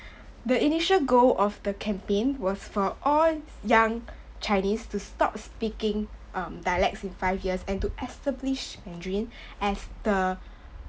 the initial goal of the campaign was for all young chinese to stop speaking um dialects in five years and to establish mandarin as the